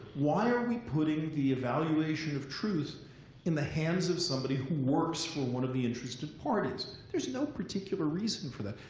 why are we putting the evaluation of truth in the hands of somebody who works for one of the interested parties? there's no particular reason for that.